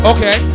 Okay